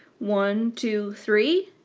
one, two, three.